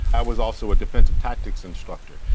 i was also a defensive tactics instructor.